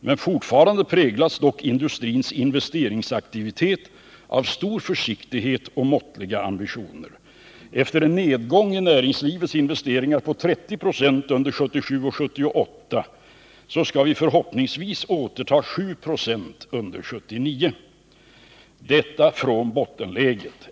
Men fortfarande präglas dock industrins investeringsaktivitet av stor försiktighet och måttliga ambitioner. Efter en nedgång i näringslivets investeringar på 30 26 under 1977 och 1978 skall vi förhoppningsvis återta 7 26 under 1979, detta från bottenläget.